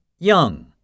Young